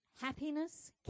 Happiness